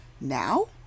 Now